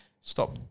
stop